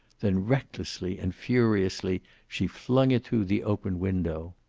then recklessly and furiously she flung it through the open window.